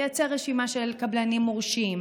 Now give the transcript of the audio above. תייצר רשימה של קבלנים מורשים,